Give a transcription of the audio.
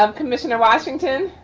um commissioner washington.